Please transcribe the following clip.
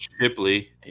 Shipley